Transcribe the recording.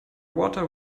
water